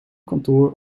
kantoor